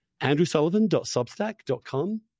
andrewsullivan.substack.com